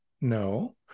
No